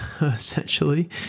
essentially